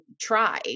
try